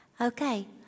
Okay